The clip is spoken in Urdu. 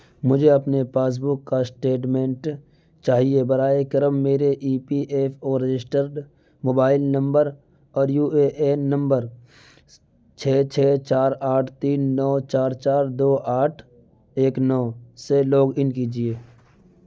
مجھے اپنے پاس بک کا اسٹیٹمنٹ چاہیے برائے کرم میرے E P F O registered mobile number اور یو اے این نمبر چھ چھ چار آٹھ تین نو چار چار دو آٹھ ایک نو سے لاگ ان کیجیے